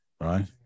Right